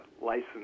license